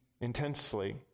intensely